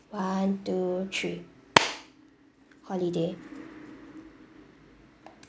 one two three holiday